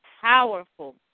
powerful